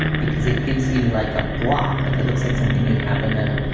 because it gives you like a block, like it looks like something you'd have in a,